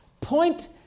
point